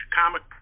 comic